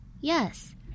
Yes